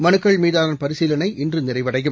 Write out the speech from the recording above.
மனுக்கள் மீதானபரிசீலனை இன்றுநிறைவடையும்